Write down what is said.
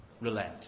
relent